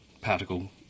particle